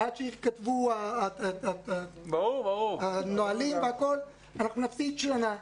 עד שיתקדמו הנהלים והכול אנחנו נפסיד שנה.